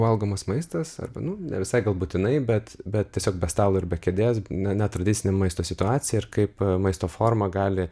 valgomas maistas arba nu ne visai gal būtinai bet bet tiesiog be stalo ir be kėdės ne netradicinio maisto situacija ir kaip maisto forma gali